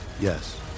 Yes